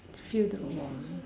feel the warm